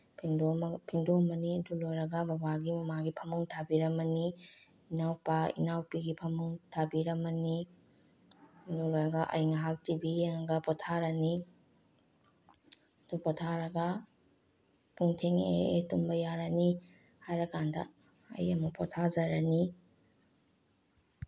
ꯐꯦꯡꯗꯣꯛꯑꯝꯃꯒ ꯐꯦꯡꯗꯣꯛꯑꯝꯃꯅꯤ ꯑꯗꯨ ꯂꯣꯏꯔꯒ ꯕꯕꯥꯒꯤ ꯃꯃꯥꯒꯤ ꯐꯃꯨꯡ ꯊꯥꯕꯤꯔꯝꯃꯅꯤ ꯏꯅꯥꯎꯄꯥ ꯏꯅꯥꯎꯄꯤꯒꯤ ꯐꯃꯨꯡ ꯊꯥꯕꯤꯔꯝꯃꯅꯤ ꯑꯗꯨ ꯂꯣꯏꯔꯒ ꯑꯩ ꯉꯥꯏꯍꯥꯛ ꯇꯤ ꯚꯤ ꯌꯦꯡꯉꯒ ꯄꯣꯊꯥꯔꯅꯤ ꯑꯗꯨ ꯄꯣꯊꯥꯔꯒ ꯄꯨꯡ ꯊꯦꯡꯉꯛꯑꯦ ꯑꯩ ꯇꯨꯝꯕ ꯌꯥꯔꯅꯤ ꯍꯥꯏꯔꯀꯥꯟꯗ ꯑꯩ ꯑꯃꯨꯛ ꯄꯣꯊꯥꯖꯔꯅꯤ